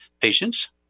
patients